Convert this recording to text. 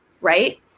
right